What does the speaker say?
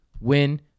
win